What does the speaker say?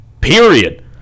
period